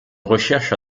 recherche